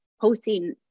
posting